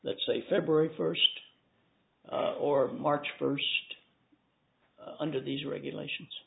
let's say february first or march first under these regulations